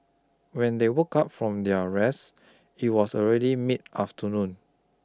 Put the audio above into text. when they woke up from their rest it was already mid afternoon